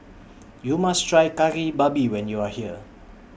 YOU must Try Kari Babi when YOU Are here